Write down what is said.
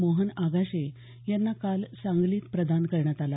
मोहन आगाशे यांना काल सांगलीत प्रदान करण्यात आला